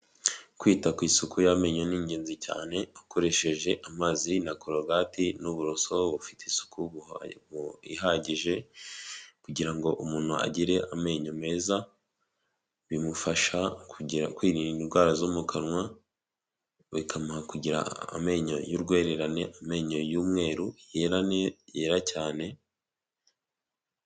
Kwita ku isuku y'amenyo ni ingenzi cyane ukoresheje amazi na korogati n'uburoso bufite isuku ihagije, kugira ngo umuntu agire amenyo meza bimufasha kwirinda indwara zo mu kanwa, bikamuha kugira amenyo y'urwererane, amenyo y'umweru yera cyane.